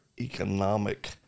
economic